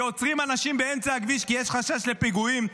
שעוצרים אנשים באמצע הכביש כי יש חשש לפיגועים?